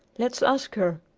let's ask her!